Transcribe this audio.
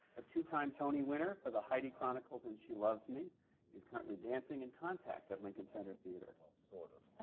a two-time tony winner for the heidi chronicles and she loves me. he is currently dancing in contact at lincoln center theatre. well, sort of.